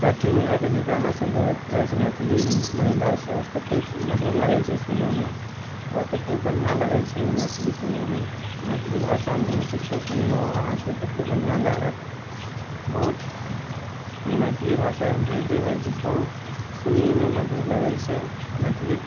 छठी मइआके जे गानासब गबैत रहै छै मैथिली महिलासब कतेक मधुर लगै छै सुनैमे आओर कतेक बढ़िआँ लगै छै ओ मैथिली सुनैमे मैथिली भाषामे किछु सुनिऔ अहाँके कतेक बढ़िआँ लागत बहुत मैथिली भाषा एहन हैबे हइ जे बहुत सुनैमे मधुर लगै छै मैथिली